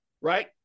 right